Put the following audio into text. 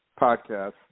podcast